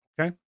Okay